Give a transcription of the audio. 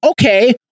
okay